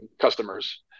customers